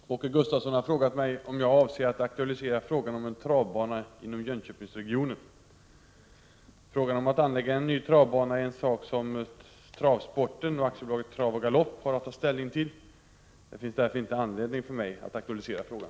Herr talman! Åke Gustavsson har frågat mig om jag avser att aktualisera frågan om en travbana inom Jönköpingsregionen. Frågan om att anlägga en ny travbana är en sak som travsporten och Aktiebolaget Trav och Galopp har att ta ställning till. Det finns därför inte anledning för mig att aktualisera frågan.